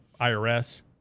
IRS